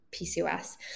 PCOS